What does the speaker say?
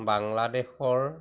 বাংলাদেশৰ